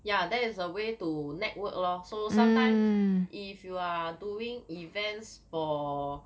ya then is a way to network lor so sometimes if you are doing events for